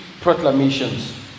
proclamations